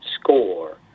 score